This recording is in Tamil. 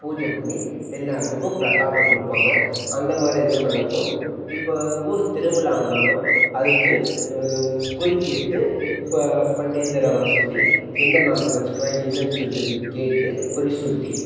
பூஜை பண்ணி எல்லாத்துக்கும் பிரசாதம் கொடுப்பாங்க அந்த மாதிரி இதுவும் நடக்கும் இப்போ ஊர் திருவிழானாலும் அதுக்கு குறி கேட்டு இப்போ பண்டிதரை வர சொல்லி எந்த நாளில் வச்சுக்கலாம் என்னென்னு சொல்லிட்டு வி கேட்டுக் குறி சொல்லி